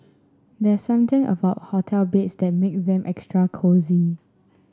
there's something about hotel beds that make them extra cosy